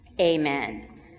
Amen